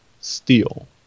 Steel